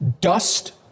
Dust